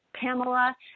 pamela